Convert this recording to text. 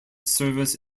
service